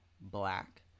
black